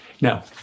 now